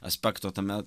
aspekto tame